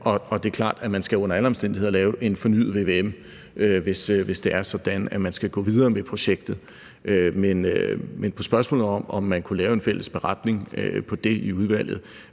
kr. Det er klart, at man under alle omstændigheder skal lave en fornyet vvm, hvis det er sådan, at man skal gå videre med projektet. På spørgsmålet om, om man kunne lave en fælles beretning over det i udvalget,